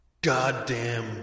goddamn